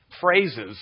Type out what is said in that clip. phrases